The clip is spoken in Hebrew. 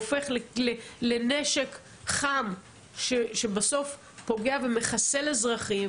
הוא הופך לנשק חם שבסוף פוגע ומחסל אזרחים,